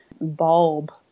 bulb